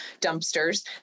dumpsters